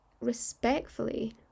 respectfully